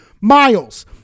miles